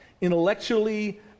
intellectually